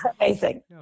amazing